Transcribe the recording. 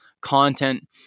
content